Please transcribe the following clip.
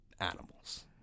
animals